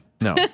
No